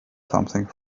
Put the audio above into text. something